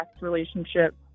relationship